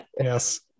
Yes